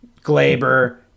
Glaber